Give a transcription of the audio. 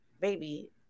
baby